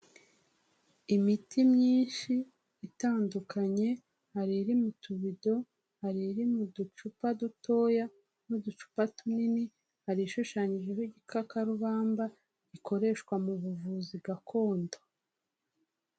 Imiti myinshi itandukanye, hari iri mu tubido, hari iri mu ducupa dutoya n'uducupa tunini, hari ishushanyijeho igikakarubamba ikoreshwa mu buvuzi gakondo.